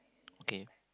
okay